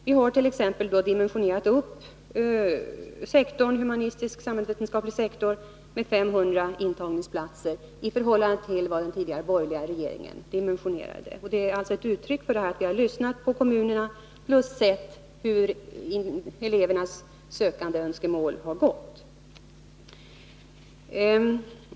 Vi har t.ex. dimensionerat upp den humanistisk-samhällsvetenskapliga sektorn med 500 intagningsplatser i förhållande till den tidigare borgerliga regeringens dimensionering. Det är ett uttryck för att vi har lyssnat till kommunerna och sett hur elevernas önskemål i ansökningarna har gått.